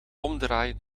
omdraaien